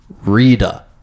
Rita